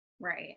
Right